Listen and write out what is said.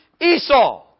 Esau